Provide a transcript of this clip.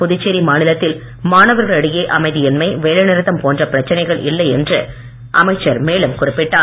புதுச்சேரி மாநிலத்தில் மாணவர்களிடையே அமைதியின்மை வேலை நிறுத்தம் போன்ற பிரச்சனைகள் இல்லை என்று அமைச்சர் மேலும் குறிப்பிட்டார்